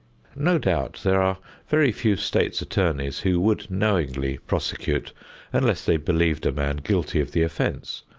no doubt there are very few state's attorneys who would knowingly prosecute unless they believed a man guilty of the offense,